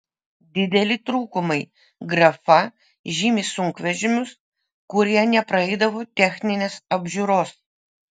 dideli trūkumai grafa žymi sunkvežimius kurie nepraeidavo techninės apžiūros